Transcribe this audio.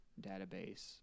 database